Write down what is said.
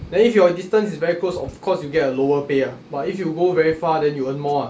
then if your distance is very close of course you get a lower pay ah but if you go very far then you earn more ah